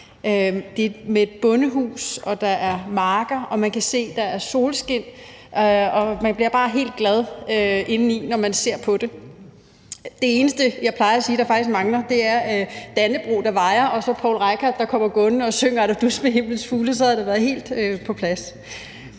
Det er med et bondehus, og der er marker, og man kan se, at der er solskin. Man bliver bare helt glad indeni, når man ser på det. Det eneste, jeg plejer at sige faktisk mangler, er dannebrog, der vejer, og så Poul Reichhardt, der kommer gående og synger »Er du dus med himlens fugle«. Så havde det været helt på plads.